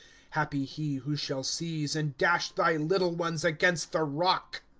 happy he who shall seize, and dash thy little ones against the rock.